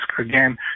again